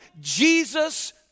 Jesus